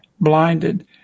blinded